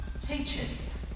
Teachers